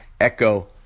Echo